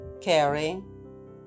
caring